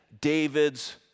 David's